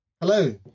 Hello